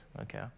Okay